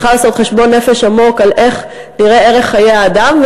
צריכה לעשות חשבון נפש עמוק על איך נראה ערך חיי האדם.